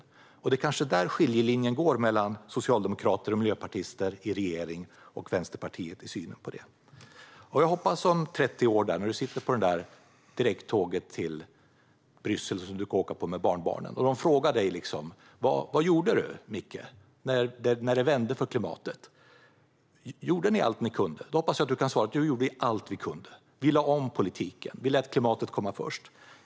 Det är kanske där - i synen på detta - som skiljelinjen går mellan socialdemokrater och miljöpartister i regeringen och Vänsterpartiet. Om 30 år sitter du kanske på direkttåget till Bryssel med barnbarnen och de frågar dig: Vad gjorde du, Micke, när det vände för klimatet? Gjorde ni allt ni kunde? Då hoppas jag att du kan svara: Vi gjorde allt vi kunde. Vi lade om politiken. Vi lät klimatet komma först.